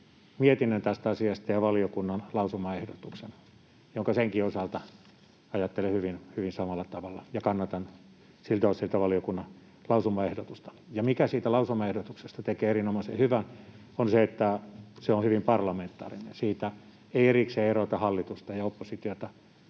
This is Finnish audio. mietinnön tästä asiasta ja valiokunnan lausumaehdotuksen, jonka senkin osalta ajattelen hyvin samalla tavalla, ja kannatan siltä osin valiokunnan lausumaehdotusta. Se, mikä siitä lausumaehdotuksesta tekee erinomaisen hyvän, on se, että se on hyvin parlamentaarinen. Siitä ei erikseen erota hallitusta ja oppositiota